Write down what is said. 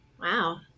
Wow